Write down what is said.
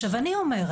עכשיו אני אומרת,